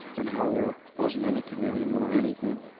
and how there wasn't any committee nor anything.